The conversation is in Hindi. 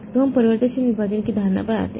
तो हम परिवर्तनशील विभाजन की धारणा पर आते हैं